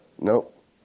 Nope